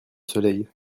soleil